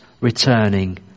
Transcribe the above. returning